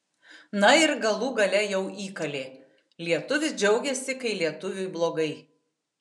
na ir galų gale jau įkalė lietuvis džiaugiasi kai lietuviui blogai